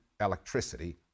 electricity